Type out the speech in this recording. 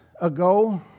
ago